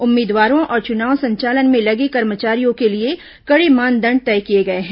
उम्मीदवारों और चुनाव संचालन में लगे कर्मचारियों के लिए कड़े मानदंड तय किये गये हैं